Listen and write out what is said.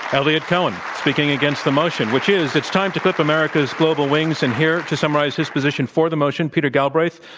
eliot cohen, speaking against the motion, which is, it's time to clip america's global wings. and here to summarize his position for the motion, peter galbraith,